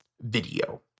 video